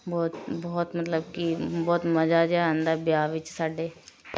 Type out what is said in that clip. ਬਹੁਤ ਬਹੁਤ ਮਤਲਬ ਕਿ ਬਹੁਤ ਮਜ਼ਾ ਜਿਹਾ ਆਉਂਦਾ ਵਿਆਹ ਵਿੱਚ ਸਾਡੇ